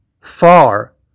far